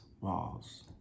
walls